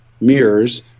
mirrors